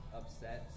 upset